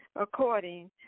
according